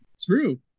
True